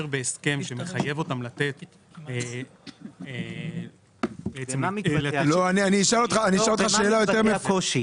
בהסכם שמחייב אותם לתת --- אני אשאל אותך שאלה אחרת.